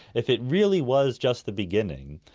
if it really was just the beginning,